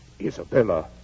Isabella